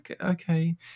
okay